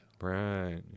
Right